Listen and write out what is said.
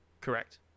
Correct